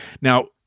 Now